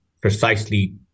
precisely